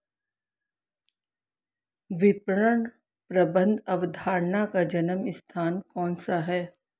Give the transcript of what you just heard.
विपणन प्रबंध अवधारणा का जन्म स्थान कौन सा है?